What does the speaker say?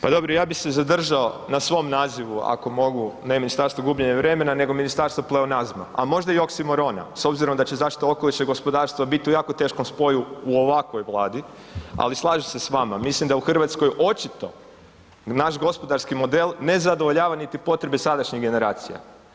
Pa dobro, ja bi se zadržao na svom nazivu ako mogu, ne Ministarstvu gubljenja vremena nego Ministarstvo pleonazma, a možda i oksimorona s obzirom da će zaštita okoliša i gospodarstava bit u jako teškom spoju u ovakvoj vladi, ali slažem se s vama, mislim da u RH očito naš gospodarski model ne zadovoljava niti potrebe sadašnjih generacija.